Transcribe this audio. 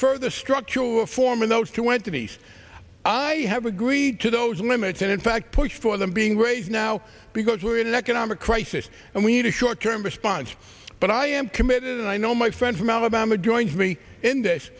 further structural reform in those two entities i have agreed to those limits and in fact pushed for them being raised now because we're in an economic crisis and we need a short term response but i am committed and i know my friend from alabama joins me in th